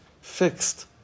fixed